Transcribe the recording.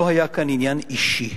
לא היה כאן עניין אישי,